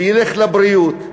שילך לבריאות,